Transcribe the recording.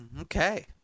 Okay